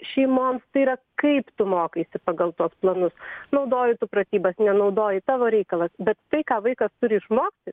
šeimoms tai yra kaip tu mokaisi pagal tuos planus naudoji tu pratybas nenaudoji tavo reikalas bet tai ką vaikas turi išmokti